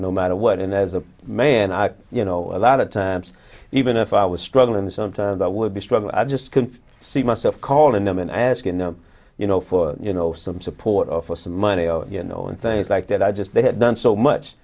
no matter what and as a man i you know a lot of times even if i was struggling sometimes i would be struggling i just couldn't see myself calling them and asking them you know for you know some support of some money or you know and things like that i just they had done so much